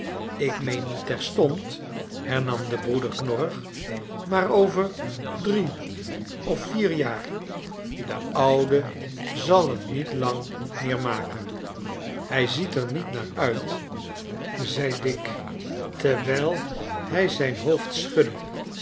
ik meen niet terstond hernam de broeder knorrig maar over drie of vier jaar de oude zal het niet lang meer maken hij ziet er niet naar uit zeide dick terwijl hij zijn hoofd schudde